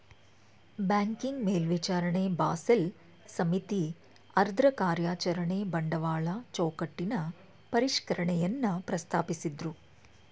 banking ಮೇಲ್ವಿಚಾರಣೆ Basel ಸಮಿತಿ ಅದ್ರಕಾರ್ಯಚರಣೆ ಬಂಡವಾಳ ಚೌಕಟ್ಟಿನ ಪರಿಷ್ಕರಣೆಯನ್ನ ಪ್ರಸ್ತಾಪಿಸಿದ್ದ್ರು